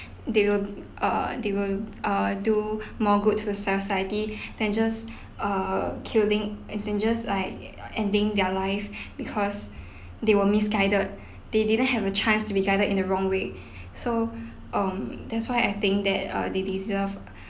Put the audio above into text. they will uh they will uh do more good the society than just uh killing and dangers like ending their life because they were misguided they didn't have a chance to be guided in the wrong way so um that's why I think that uh they deserve